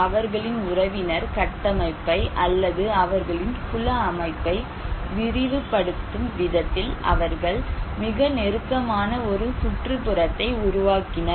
அவர்களின் உறவினர் கட்டமைப்பை அல்லது அவர்களின் குல அமைப்பை விரிவு படுத்தும் விதத்தில் அவர்கள் மிக நெருக்கமான ஒரு சுற்றுப்புறத்தை உருவாக்கினர்